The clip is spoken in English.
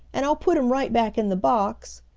and i'll put him right back in the box,